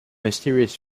mysterious